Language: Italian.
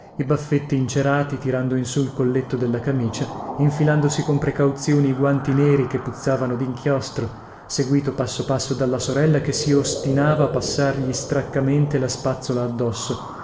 i baffetti incerati tirando in su il colletto della camicia infilandosi con precauzione i guanti neri che puzzavano dinchiostro seguíto passo passo dalla sorella che si ostinava a passargli straccamente la spazzola addosso